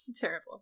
Terrible